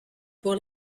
pour